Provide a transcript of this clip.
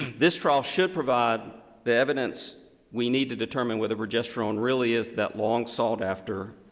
this trial should provide the evidence we need to determine whether progesterone really is that long, sought after